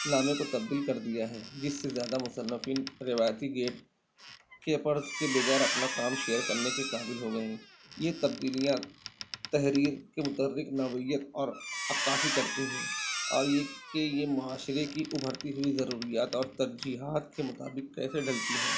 نامے کو تبدیل کر دیا جس سے زیادہ مصنفین روایتی گیٹ کے پرس کے بغیر اپنا کام شیئر کرنے کے قابل ہو گئے ہیں یہ تبدیلیاں تحریر کے متعدد نوعیت اور عکاسی کرتی ہیں اور یہ کہ یہ معاشرے کی ابھرتی ہوئی ضروریات اور ترجیہات کے مطابق کیسے ڈھلتی ہیں